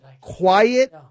quiet